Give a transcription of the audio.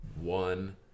one